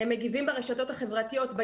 מגיבים ברשתות החברתיות,